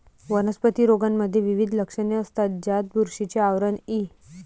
वनस्पती रोगांमध्ये विविध लक्षणे असतात, ज्यात बुरशीचे आवरण इ